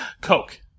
Coke